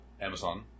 Amazon